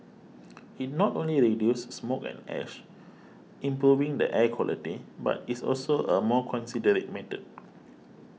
it not only reduces smoke and ash improving the air quality but is also a more considerate method